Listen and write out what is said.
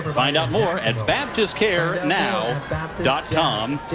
care find out more at baptist care now com.